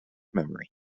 memory